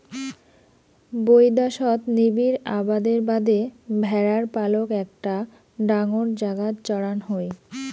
বৈদ্যাশত নিবিড় আবাদের বাদে ভ্যাড়ার পালক একটা ডাঙর জাগাত চড়ান হই